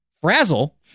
frazzle